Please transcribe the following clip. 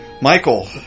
Michael